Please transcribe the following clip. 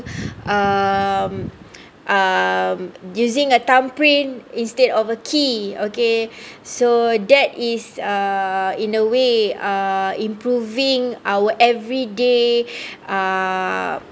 um using a thumbprint instead of a key okay so that is uh in a way uh improving our everyday uh